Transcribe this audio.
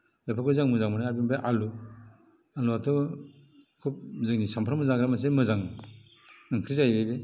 बेफोरखौ जों मोजां मोनो आरो बेनिफ्राय आलु आलुवाथ' खुब जोंनि सानफ्रामबो जाग्रा मोनसे मोजां ओंख्रि जाहैबाय बे